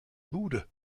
bude